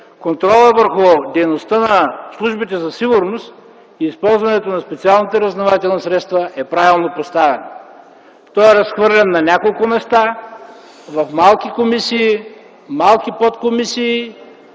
контролът върху дейността на службите за сигурност и използването на специалните разузнавателни средства е правилно поставен. Той е разхвърлян на няколко места, в малки комисии, в малки подкомисии;